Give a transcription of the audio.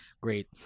great